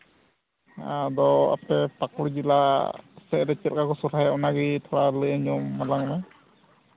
ᱟᱫᱚ ᱟᱯᱮ ᱯᱟᱹᱠᱩᱲ ᱡᱮᱞᱟ ᱥᱮᱫ ᱨᱮ ᱪᱮᱫᱞᱮᱠᱟ ᱠᱚ ᱥᱚᱨᱦᱟᱭᱚᱜᱼᱟ ᱚᱱᱟ ᱜᱮ ᱛᱷᱚᱲᱟ ᱞᱟᱹᱭ ᱧᱚᱜ ᱟᱞᱟᱝ ᱢᱮ